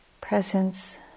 presence